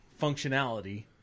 functionality